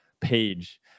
page